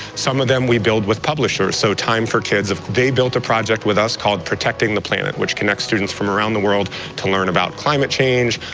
some of them, we build with publishers. so, time for kids, they built a project with us called protecting the planet, which connects students from around the world to learn about climate change,